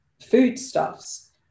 foodstuffs